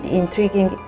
intriguing